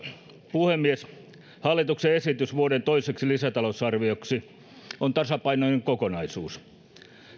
puhemies hallituksen esitys vuoden toiseksi lisätalousarvioksi on tasapainoinen kokonaisuus